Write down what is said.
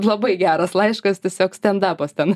labai geras laiškas tiesiog stendapas ten